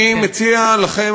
אני מציע לכם,